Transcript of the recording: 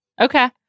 Okay